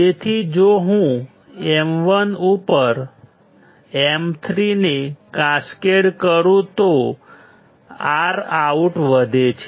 તેથી જો હું M1 ઉપર M3 ને કાસ્કેડ કરું તો ROUT વધે છે